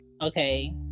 okay